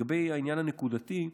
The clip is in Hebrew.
לגבי העניין הנקודתי: